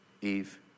Eve